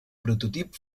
prototip